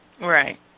Right